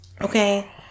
Okay